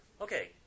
Okay